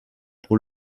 pour